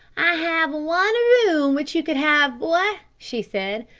i have one room which you could have, boy, she said,